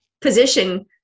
position